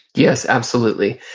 yes, absolutely.